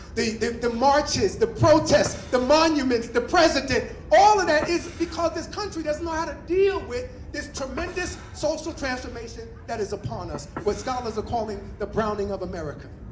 the the marches, the protests, the monuments, the president. all of that is because this country doesn't know how to deal with this tremendous social transformation that is upon us what scholars are calling the browning of america.